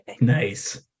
Nice